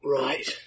right